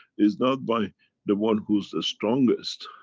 it's not by the one who's the strongest.